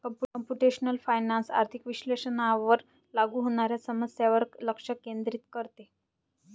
computational finance आर्थिक विश्लेषणावर लागू होणाऱ्या समस्यांवर लक्ष केंद्रित करते